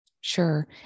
Sure